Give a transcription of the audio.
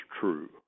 true